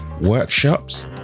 workshops